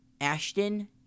Ashton